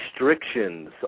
restrictions